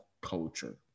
culture